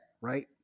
right